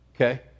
okay